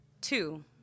Two